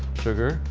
sugar,